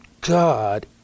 God